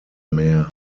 mehr